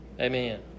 Amen